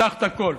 נפתח את הכול.